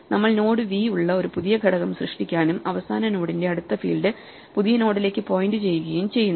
നമ്മൾ node V ഉള്ള ഒരു പുതിയ ഘടകം സൃഷ്ടിക്കാനും അവസാന നോഡിന്റെ അടുത്ത ഫീൽഡ് പുതിയ നോഡിലേക്ക് പോയിന്റ് ചെയ്യുകയും ചെയ്യുന്നു